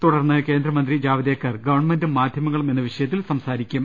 തുടർന്ന് കേന്ദ്ര മന്ത്രി ജാവ്ദേക്കർ ഗവൺമെന്റും മാധ്യമങ്ങളും എന്ന വിഷയത്തിൽ സംസാരിക്കും